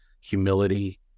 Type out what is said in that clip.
humility